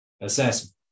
assessment